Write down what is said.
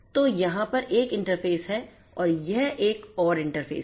तो यहाँ पर एक इंटरफ़ेस है और यह एक और इंटरफ़ेस है